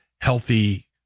healthy